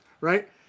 Right